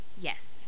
Yes